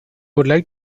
like